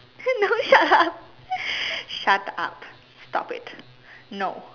no shut up stop it no